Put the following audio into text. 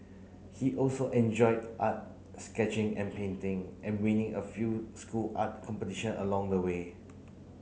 he also enjoyed art sketching and painting and winning a few school art competition along the way